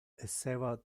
esseva